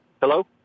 Hello